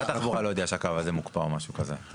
משרד התחבורה לא יודע שהקו הזה מוקפא או משהו כזה.